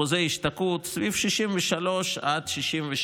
אחוזי השתקעות הם סביב 63% עד 67.5%,